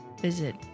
visit